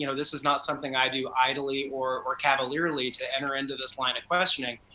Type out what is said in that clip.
you know this is not something i do i delay, or or cavalierly, to enter into this line of questioning.